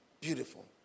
Beautiful